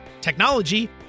technology